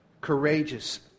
courageous